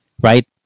right